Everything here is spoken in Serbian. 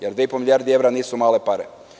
Jer, dve i po milijarde evra nisu male pare.